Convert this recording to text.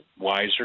wiser